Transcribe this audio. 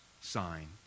sign